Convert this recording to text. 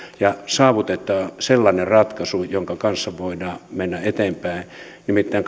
ja saavutetaan sellainen ratkaisu jonka kanssa voidaan mennä eteenpäin nimittäin